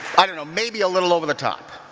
i don't know, maybe a little over the top.